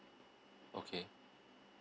okay